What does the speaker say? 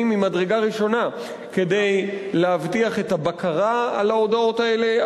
ממדרגה ראשונה כדי להבטיח את הבקרה על ההודאות האלה,